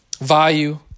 value